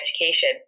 education